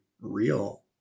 real